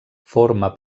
forma